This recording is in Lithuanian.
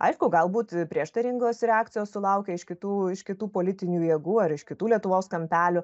aišku galbūt prieštaringos reakcijos sulaukia iš kitų iš kitų politinių jėgų ar iš kitų lietuvos kampelių